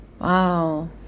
wow